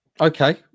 Okay